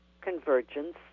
convergence